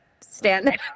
stand